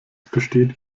besteht